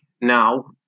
Now